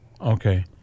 Okay